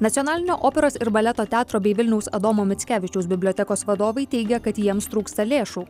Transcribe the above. nacionalinio operos ir baleto teatro bei vilniaus adomo mickevičiaus bibliotekos vadovai teigia kad jiems trūksta lėšų